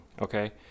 okay